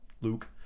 Luke